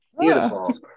Beautiful